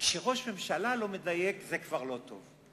כשראש ממשלה לא מדייק זה כבר לא טוב.